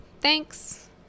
Thanks